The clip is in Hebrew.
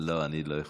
לא, אני לא יכול.